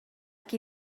qui